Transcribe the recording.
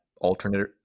alternative